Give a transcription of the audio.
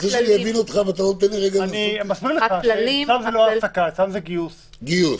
העסקה, אצלם זה גיוס.